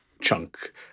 chunk